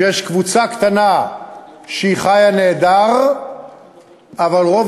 שיש בהן קבוצה קטנה שחיה נהדר אבל רוב